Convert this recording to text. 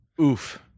oof